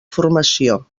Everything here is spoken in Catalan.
formació